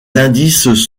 indices